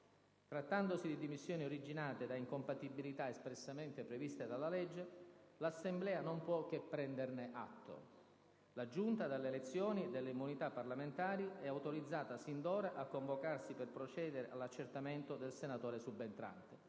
Trattandosi di dimissioni originate da incompatibilità espressamente previste dalla legge, l'Assemblea non può che prenderne atto. La Giunta delle elezioni e delle immunità parlamentari è autorizzata sin d'ora a convocarsi per procedere all'accertamento del senatore subentrante.